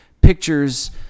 pictures